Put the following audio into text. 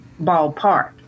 ballpark